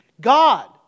God